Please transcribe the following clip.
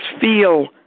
feel